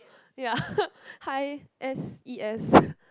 ya high s_e_s